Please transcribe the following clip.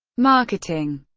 marketing